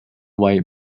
white